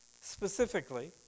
Specifically